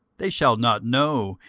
they shall not know,